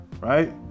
right